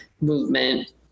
movement